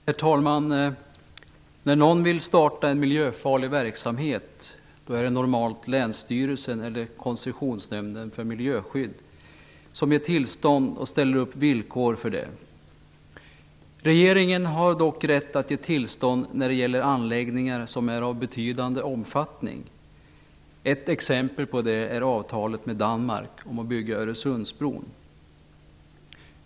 Herr talman! När någon vill starta miljöfarlig verksamhet är det normalt länsstyrelsen eller Koncessionsnämnden för miljöskydd som ger tillstånd och ställer villkor för detta. Regeringen har dock rätt att ge tillstånd när det gäller anläggningar som är av betydande omfattning. Ett exempel på detta är avtalet med Danmark om att bygga Öresundsbron.